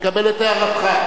אני מקבל את הערתך.